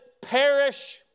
perish